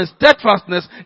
steadfastness